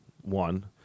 one